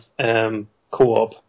co-op